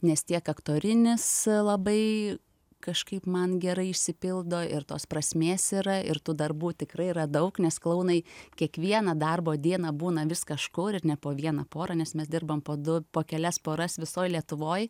nes tiek aktorinis labai kažkaip man gerai išsipildo ir tos prasmės yra ir tų darbų tikrai yra daug nes klounai kiekvieną darbo dieną būna vis kažkur ir ne po vieną porą nes mes dirbam po du po kelias poras visoj lietuvoj